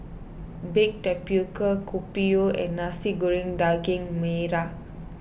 Baked Tapioca Kopi O and Nasi Goreng Daging Merah